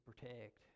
protect